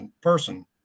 person